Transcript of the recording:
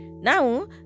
Now